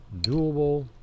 doable